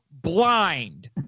blind